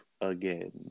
again